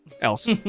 else